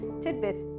tidbits